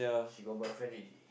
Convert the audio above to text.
she got boyfriend already